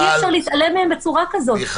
-- אי אפשר להתעלם מהם בצורה כזאת -- מיכל,